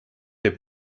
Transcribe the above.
der